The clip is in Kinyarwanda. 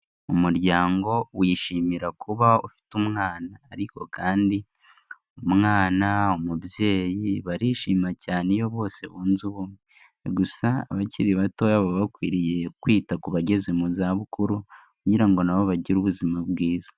Umuryango wishimira kuba ufite umwana ariko kandi umwana, umubyeyi barishima cyane iyo bose bunze ubumwe, gusa abakiri batoya baba bakwiriye kwita ku bageze mu zabukuru kugira ngo na bo bagire ubuzima bwiza.